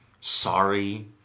sorry